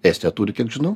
estija turi kiek žinau